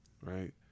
right